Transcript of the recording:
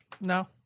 No